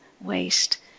waste